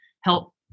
help